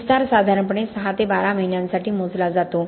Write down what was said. विस्तार साधारणपणे 6 ते 12 महिन्यांसाठी मोजला जातो